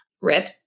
rip